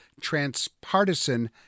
transpartisan